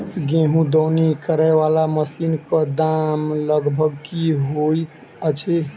गेंहूँ दौनी करै वला मशीन कऽ दाम लगभग की होइत अछि?